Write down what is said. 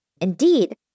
Indeed